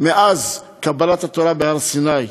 מאז קבלת התורה בהר-סיני,